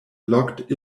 logged